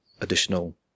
additional